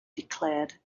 declared